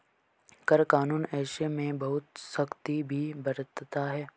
कर कानून ऐसे में बहुत सख्ती भी बरतता है